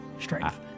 Strength